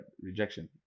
Rejection